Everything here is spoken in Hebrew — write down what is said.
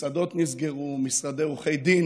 מסעדות נסגרו, משרדי עורכי דין